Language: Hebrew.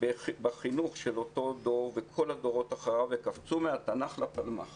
בחינוך של אותו דור וכל הדורות אחריו וקפצו מהתנ"ך לפלמ"ח